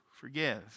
Forgive